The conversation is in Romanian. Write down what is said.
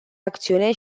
acțiune